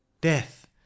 Death